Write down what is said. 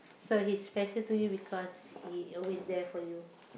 so he's special to you because he always there for you